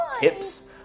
tips